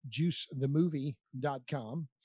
juicethemovie.com